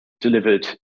delivered